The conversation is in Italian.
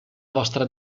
vostra